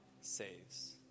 saves